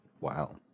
Wow